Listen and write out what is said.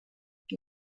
que